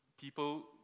people